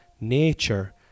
nature